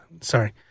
Sorry